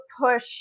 push